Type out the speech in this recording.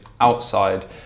outside